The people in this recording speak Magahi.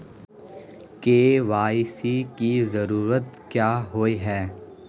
के.वाई.सी की जरूरत क्याँ होय है?